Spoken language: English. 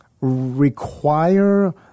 require